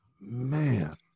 man